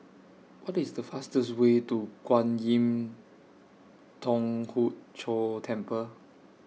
What IS The fastest Way to Kwan Im Thong Hood Cho Temple